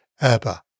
Abba